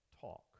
talk